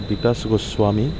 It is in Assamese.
বিকাশ গোস্বামী